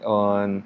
on